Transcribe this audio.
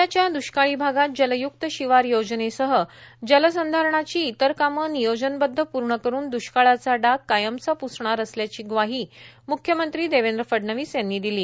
राज्याच्या द्वष्काळी भागात जलय्क्त शिवार योजनेसह जलसंधारणाची इतर कामं नियोजनबध्द पूर्ण करून दुष्काळाचा डाग कायमचा पुसणार असल्याची ग्वाही मुख्यमंत्री देवेंद्र फडणवीस यांनी दिली